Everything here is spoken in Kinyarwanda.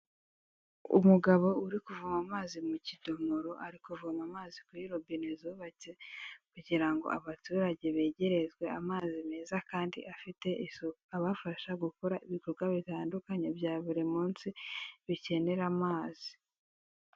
Umugabo uri kuvoma amazi mu kidomoro, ari kuvoma amazi kuri robine zubatse, kugira ngo abaturage begerezwe amazi meza kandi afite isuku. Abafasha gukora ibikorwa bitandukanye bya buri munsi, bikenera amazi.